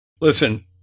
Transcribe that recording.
listen